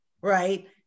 right